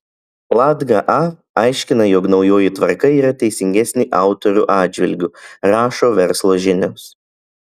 latga a aiškina jog naujoji tvarka yra teisingesnė autorių atžvilgiu rašo verslo žinios